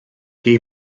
gei